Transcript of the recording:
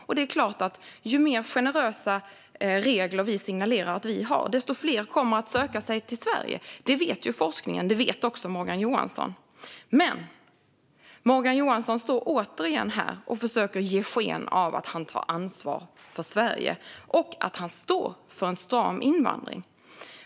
Och det är klart: Ju mer generösa regler vi signalerar att vi har, desto fler kommer att söka sig till Sverige. Det vet forskningen, och det vet också Morgan Johansson. Ändå står nu Morgan Johansson återigen här och försöker ge sken av att han tar ansvar för Sverige och att han står för en stram invandring.